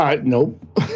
Nope